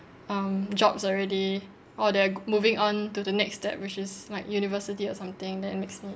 um jobs already or they're g~ moving on to the next step which is like university or something then it makes me